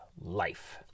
life